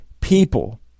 people